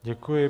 Děkuji.